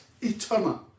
eternal